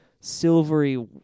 silvery